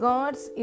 God's